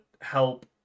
help